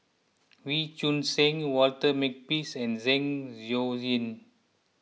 Wee Choon Seng Walter Makepeace and Zeng Shouyin